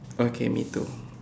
okay me too